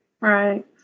Right